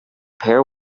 pair